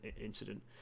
incident